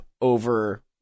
over